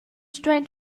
stuein